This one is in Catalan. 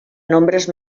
nombres